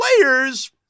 players